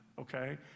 Okay